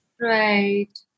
Right